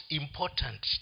important